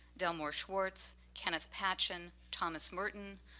delmore schwartz, kenneth patchen, thomas merton,